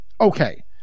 Okay